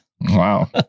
Wow